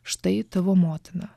štai tavo motina